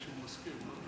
כבוד